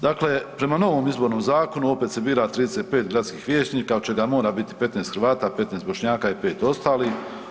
Dakle, prema novom Izbornom zakonu opet se bira 35 gradskih vijećnika od čega mora biti 15 Hrvata, 15 Bošnjaka i 5 ostalih.